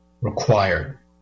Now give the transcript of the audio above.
required